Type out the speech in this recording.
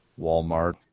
walmart